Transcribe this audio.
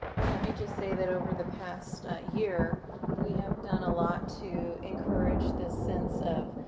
well, let me just say that over the past year we have done a lot to encourage this sense of